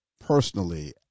personally